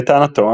לטענתו,